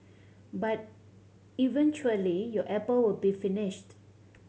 but eventually your apple will be finished